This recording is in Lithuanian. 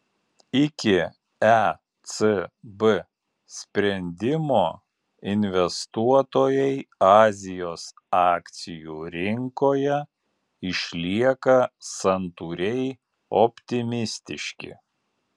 iki ecb sprendimo investuotojai azijos akcijų rinkoje išlieka santūriai optimistiški